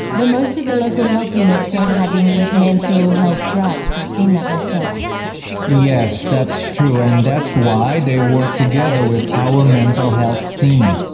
but most of the local health units don't have any mental health drugs. i have seen that myself? like yes that's true and that's why they work together with our mental health team.